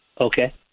okay